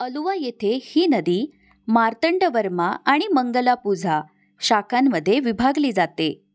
अलुवा येथे ही नदी मार्तंडवर्मा आणि मंगलापुझा शाखांमध्ये विभागली जाते